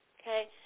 okay